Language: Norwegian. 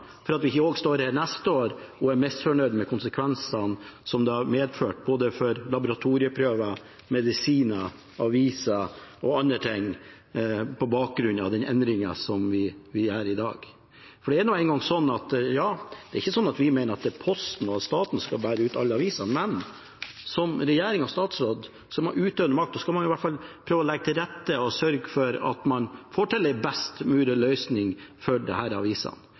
for at vi ikke skal stå her også neste år og være misfornøyd med konsekvensene som det har hatt, for både laboratorieprøver, medisiner, aviser og andre ting, på bakgrunn av den endringen som vi gjør i dag. Det er ikke sånn at vi mener det er Posten og staten som skal bære ut alle aviser, men som regjeringens statsråd, som har utøvende makt, må man prøve å legge til rette og sørge for at man får til en best mulig løsning for disse avisene. Da bør det